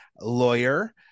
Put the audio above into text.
lawyer